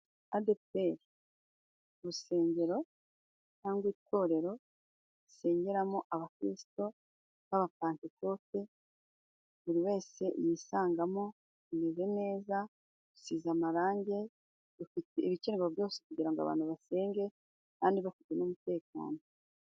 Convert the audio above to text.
Adeperi, urusengero cyangwa itorero risengeramo abakiristo b'abapantekote buri wese yisangamo. Rumeze neza, rusize amarangi, rufite ibikenerwa byose kugira ngo abantu basenge kandi bafite n'umutekano.